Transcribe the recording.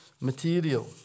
material